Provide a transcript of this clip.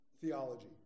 theology